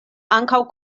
ankaŭ